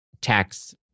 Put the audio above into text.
tax